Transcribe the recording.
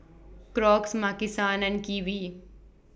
Crocs Maki San and Kiwi